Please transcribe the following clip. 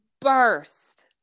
burst